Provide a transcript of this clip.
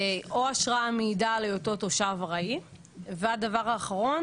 או אשרה המעידה על היותו ארעי והדבר האחרון